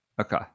okay